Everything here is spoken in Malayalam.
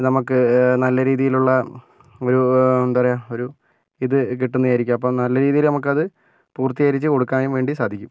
നമുക്ക് നല്ല രീതിയിലുള്ള ഒരു എന്താ പറയുക ഒരു ഇത് കിട്ടുന്നയായിരിക്കും അപ്പം നല്ല രീതിയിൽ നമുക്കത് പൂർത്തീകരിച്ച് കൊടുക്കാനും വേണ്ടി സാധിക്കും